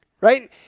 right